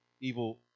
evil